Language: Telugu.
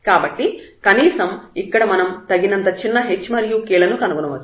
కాబట్టి కనీసం ఇక్కడ మనం తగినంత చిన్న h మరియు k లను కనుగొనవచ్చు